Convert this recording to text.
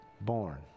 born